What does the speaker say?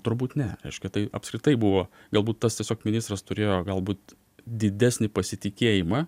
turbūt ne reiškia taip apskritai buvo galbūt tas tiesiog ministras turėjo galbūt didesnį pasitikėjimą